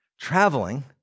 traveling